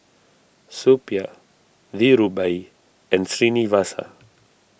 Suppiah Dhirubhai and Srinivasa